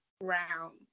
round